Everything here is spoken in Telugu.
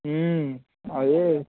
అది